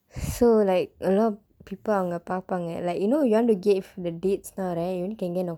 so like a lot of people அவங்க பார்ப்பாக:avangka parppaaka you know you want to give the dates now right you can only give